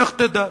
לך תדע: